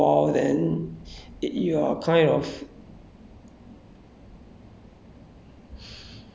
like inclusive of me is like you go in overall than it you are a kind of